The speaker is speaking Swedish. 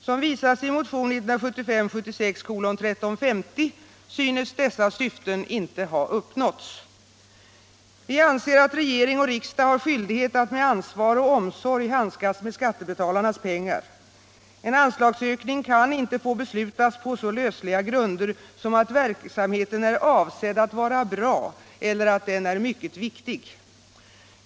Som visas i motion 1975/76:1350 synes dessa syften inte ha uppnåtts. Vi anser att regering och riksdag har skyldighet att med ansvar och omsorg handskas med skattebetalarnas pengar. En anslagsökning kan inte få beslutas på så lösliga grunder som att verksamheten är avsedd Ig att vara bra eller att den är mycket viktig.